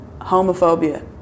homophobia